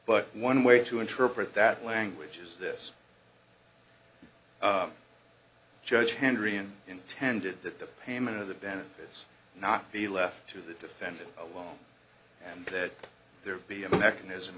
but one way to interpret that language is this judge henry and intended that the payment of the benefits not be left to the defendant alone and that there be a mechanism